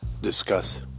discuss